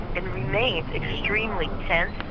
and remains extremely tense,